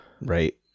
Right